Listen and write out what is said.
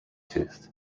tooth